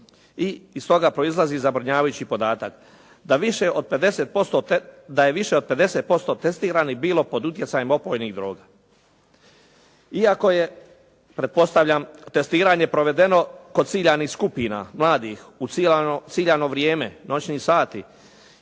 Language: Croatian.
I iz toga proizlazi zabrinjavajući podatak da više od 50% testiranih bilo pod utjecajem opojnih droga. Iako je pretpostavljam testiranje provedeno kod ciljanih skupina, mladih, u ciljano vrijeme, noćni sati